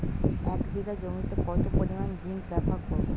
এক বিঘা জমিতে কত পরিমান জিংক ব্যবহার করব?